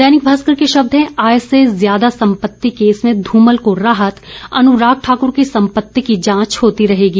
दैनिक भास्कर के शब्द हैं आय से ज्यादा संपति केस में धूमल को राहत अनुराग ठाकुर की संपति की जांच होती रहेगी